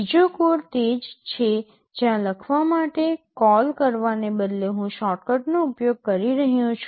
બીજો કોડ તે જ છે જ્યાં લખવા માટે કોલ કરવાને બદલે હું શોર્ટકટનો ઉપયોગ કરી રહ્યો છું